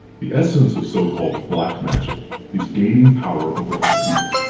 the essence of so-called black magic is gaining power over other people.